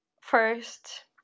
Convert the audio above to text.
first